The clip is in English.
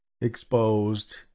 exposed